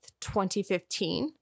2015